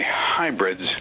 hybrids